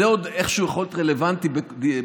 זה עוד איכשהו יכול להיות רלוונטי בדמוקרטיה,